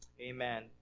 amen